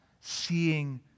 seeing